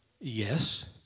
yes